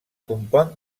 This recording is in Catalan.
compon